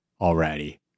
already